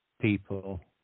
people